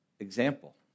example